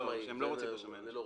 אני לא רוצה.